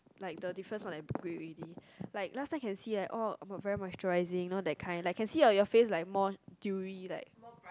like the difference not that great already like last time can see like oh very moisturising know that kind like can see on you face like more dewy like